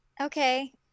Okay